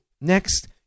next